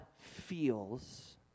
feels